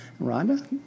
Rhonda